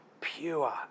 pure